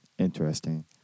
Interesting